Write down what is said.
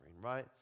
right